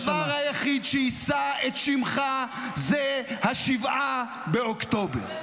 הדבר היחיד שיישא את שמך זה 7 באוקטובר.